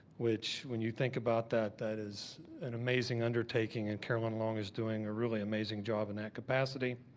which when you think about that that is an amazing undertaking and carolyn long is doing a really amazing job in that capacity.